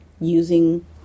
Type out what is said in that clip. using